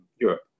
Europe